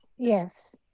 yes.